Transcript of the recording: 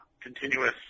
continuous